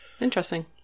interesting